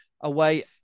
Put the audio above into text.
away